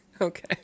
Okay